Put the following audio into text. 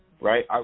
right